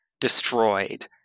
destroyed